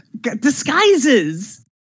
Disguises